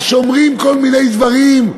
מה שומרים כל מיני דברים?